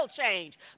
change